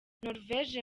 norvege